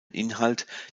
inhalt